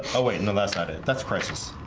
oh wait. no. that's not it. that's crisis